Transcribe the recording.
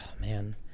man